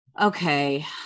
Okay